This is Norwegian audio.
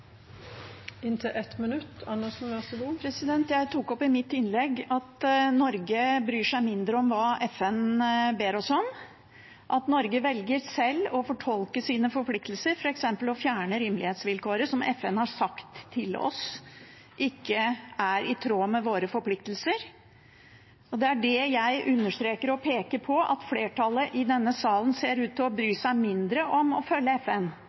Andersen har hatt ordet to ganger tidligere og får ordet til en kort merknad, begrenset til 1 minutt. Jeg tok opp i mitt innlegg at Norge bryr seg mindre om hva FN ber oss om, og at Norge velger selv å fortolke sine forpliktelser, f.eks. ved å fjerne rimelighetsvilkåret, som FN har sagt til oss ikke er i tråd med våre forpliktelser. Det er det jeg understreker og peker på, at flertallet i denne salen ser ut til å bry